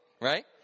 Right